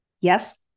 Yes